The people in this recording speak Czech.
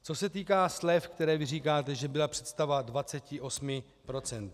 Co se týká slev, o kterých vy říkáte, že byla představa 28 %.